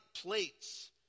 plates